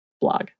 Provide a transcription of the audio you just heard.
blog